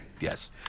Yes